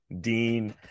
Dean